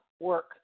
work